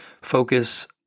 focus